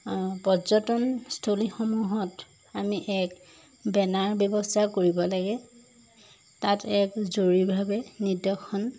পৰ্যটনস্থলীসমূহত আমি এক বেনাৰ ব্যৱস্থা কৰিব লাগে তাত এক জৰুৰীৰভাৱে নিৰ্দেশন